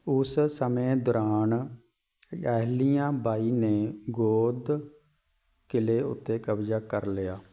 ਉਸ ਸਮੇਂ ਦੌਰਾਨ ਅਹਿਲਿਆ ਬਾਈ ਨੇ ਗੋਹਦ ਕਿਲ੍ਹੇ ਉੱਤੇ ਕਬਜ਼ਾ ਕਰ ਲਿਆ